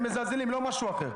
הם מזלזלים, לא משהו אחר.